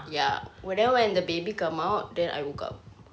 ya but then when the baby come out then I woke up